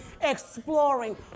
exploring